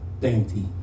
dainty